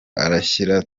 arashyira